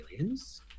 aliens